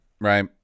right